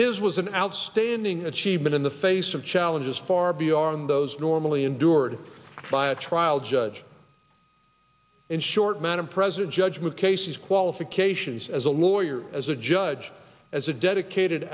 his was an outstanding achievement in the face of challenges far beyond those normally endure by a trial judge in short men of president's judgment cases qualifications as a lawyer as a judge as a dedicated